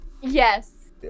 Yes